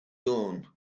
dawn